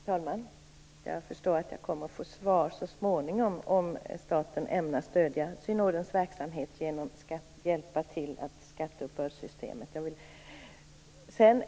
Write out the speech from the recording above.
Fru talman! Jag förstår att jag så småningom kommer att få svar på frågan om staten ämnar stödja synodens verksamhet genom att ändra skatteuppbördssystemet.